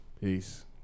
Peace